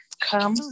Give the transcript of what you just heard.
come